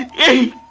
a